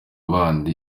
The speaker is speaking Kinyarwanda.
bandi